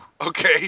okay